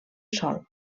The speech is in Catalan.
sol